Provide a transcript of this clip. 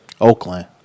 Oakland